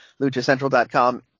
LuchaCentral.com